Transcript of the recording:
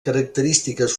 característiques